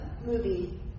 movie